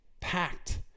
packed